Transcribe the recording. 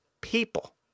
people